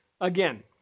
Again